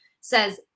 says